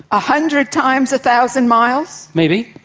a hundred times a thousand miles? maybe.